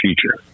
future